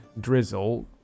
drizzle